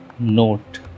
note